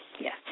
Yes